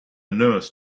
nurse